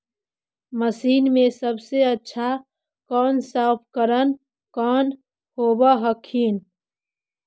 मसिनमा मे सबसे अच्छा कौन सा उपकरण कौन होब हखिन?